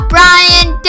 Brian